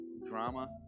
drama